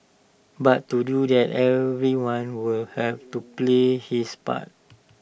but to do that everyone will have to play his part